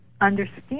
understand